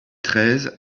treize